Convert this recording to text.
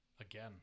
again